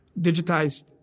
digitized